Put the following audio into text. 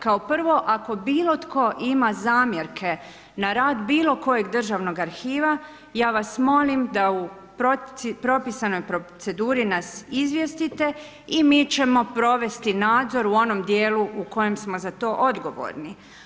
Kao prvo, ako bilo tko ima zamjerke na rad bilo kojeg državnog arhiva ja vas molim da u propisanoj proceduri nas izvijestite i mi ćemo provesti nadzor u onom dijelu u kojem smo za to odgovorni.